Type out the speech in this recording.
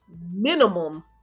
minimum